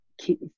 Keep